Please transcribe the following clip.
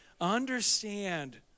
Understand